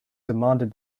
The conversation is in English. demanded